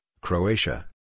Croatia